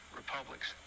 republics